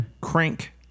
Crank